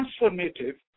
transformative